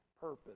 purpose